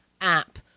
app